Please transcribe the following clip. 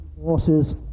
forces